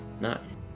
Nice